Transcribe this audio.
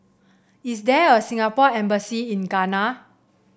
is there a Singapore Embassy in Ghana